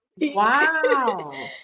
wow